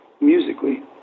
musically